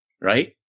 right